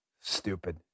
Stupid